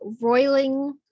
roiling